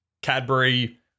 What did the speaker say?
Cadbury